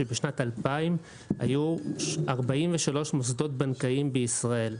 שבשנת 2000 היו 43 מוסדות בנקאיים בישראל.